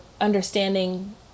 understanding